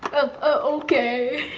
oh okay.